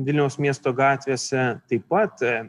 vilniaus miesto gatvėse taip pat